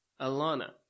Alana